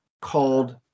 called